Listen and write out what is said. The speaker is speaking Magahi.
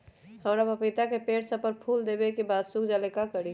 हमरा पतिता के पेड़ सब फुल देबे के बाद सुख जाले का करी?